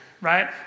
Right